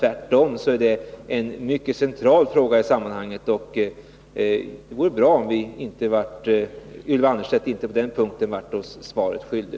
Tvärtom är det en mycket central fråga i sammanhanget, och det vore bra om Ylva Annerstedt inte på den punkten blev oss svaret skyldig.